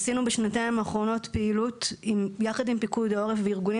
עשינו בשנתיים האחרונות פעילות יחד עם פיקוד העורף וארגונים